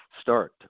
start